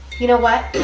you know what?